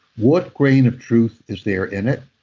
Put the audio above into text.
what grain of truth is there in it?